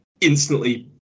instantly